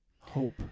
hope